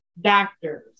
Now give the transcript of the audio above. doctors